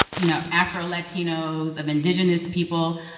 you know, afro-latinos, of indigenous people.